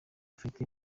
afite